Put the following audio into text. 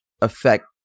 affect